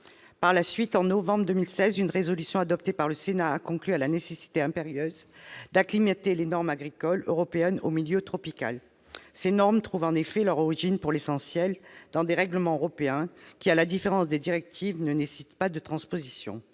Par la suite, en novembre 2016, une résolution adoptée par le Sénat a conclu à la nécessité impérieuse d'acclimater les normes agricoles européennes au milieu tropical. En effet, ces normes trouvent leur origine, pour l'essentiel, dans des règlements européens, qui, à la différence des directives, ne nécessitent pas de transposition.